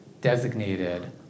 designated